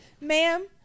ma'am